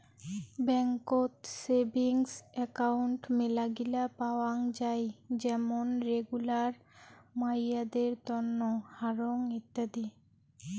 বেংকত savings account মেলাগিলা পাওয়াং যাই যেমন রেগুলার, মাইয়াদের তন্ন, হারং ইত্যাদি